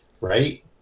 right